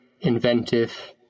inventive